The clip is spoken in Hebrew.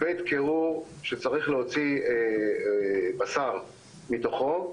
בית קירור שצריך להוציא בשר מתוכו,